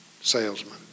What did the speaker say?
salesman